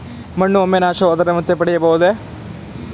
ಮಣ್ಣು ಒಮ್ಮೆ ನಾಶವಾದರೆ ಮತ್ತೆ ಪಡೆಯಬಹುದೇ?